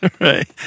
Right